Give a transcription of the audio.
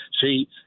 See